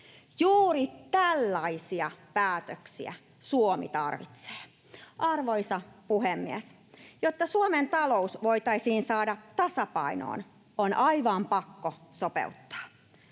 Juuri tällaisia päätöksiä Suomi tarvitsee. Arvoisa puhemies! Jotta Suomen talous voitaisiin saada tasapainoon, on aivan pakko sopeuttaa.